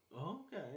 okay